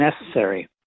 necessary